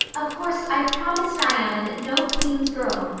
of course i promised diana that no queen's girl,